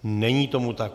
Není tomu tak.